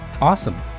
Awesome